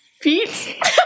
feet